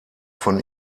von